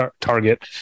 target